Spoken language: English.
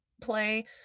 play